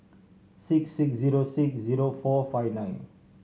six six zero six zero four five nine